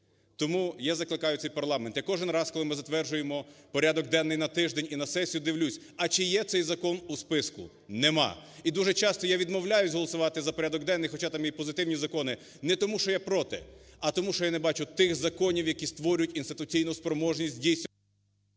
Тому я закликаю цей парламент. Я кожен раз, коли ми затверджуємо порядок денний на тиждень і на сесію, дивлюся, а чи є цей закон у списку. Нема. І дуже часто я відмовляюся голосувати за порядок денний, хоча там є і позитивні закони. Не тому що я проти, а тому, що я не бачу тих законів, які створюють інституційну спроможність…